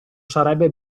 sarebbe